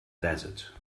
desert